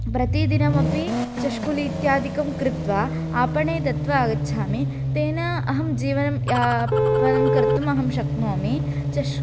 प्रतिदिनमपि चष्कुली इत्यादिकं कृत्वा आपणे दत्वा आगच्छामि तेन अहं जीवनं यापनं कर्तुमहं शक्नोमि चष्कु